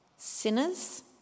sinners